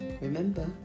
Remember